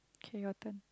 okay your turn